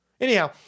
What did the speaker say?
Anyhow